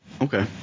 Okay